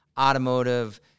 Automotive